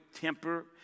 temper